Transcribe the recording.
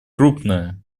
крупное